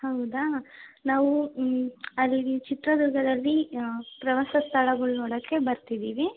ಹೌದಾ ನಾವು ಅಲ್ಲಿ ಚಿತ್ರದುರ್ಗದಲ್ಲಿ ಪ್ರವಾಸ ಸ್ಥಳಗಳು ನೋಡಕ್ಕೆ ಬರ್ತಿದೀವಿ